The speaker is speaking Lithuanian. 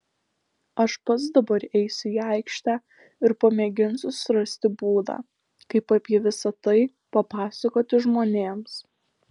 aš pats dabar eisiu į aikštę ir pamėginsiu surasti būdą kaip apie visa tai papasakoti žmonėms